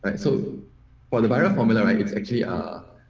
and so all the viral formula right it's actually ah,